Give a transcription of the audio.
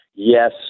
Yes